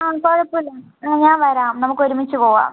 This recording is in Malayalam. ആ കുഴപ്പമില്ല ആ ഞാൻ വരാം നമുക്കൊരുമിച്ച് പോവാം